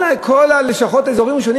כל לשכות אזורי הרישום?